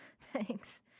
Thanks